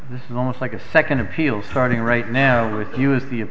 this is almost like a second appeal starting right now with you as the